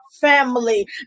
family